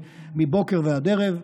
מבוקר ועד ערב.